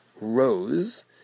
rose